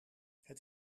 het